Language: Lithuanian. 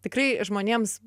tikrai žmonėms